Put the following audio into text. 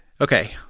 Okay